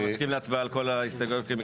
אתה מסכים להצבעה על כל ההסתייגויות כמקבץ?